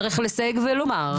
צריך לסייג ולומר.